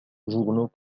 journaux